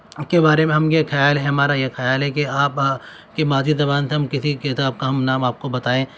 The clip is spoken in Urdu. کے بارے میں ہم یہ خیال ہے ہمارا یہ خیال ہے کہ آپ کی مادری زبان سے ہم کسی کتاب کا نام آپ کو بتائیں